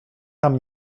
tam